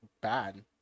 bad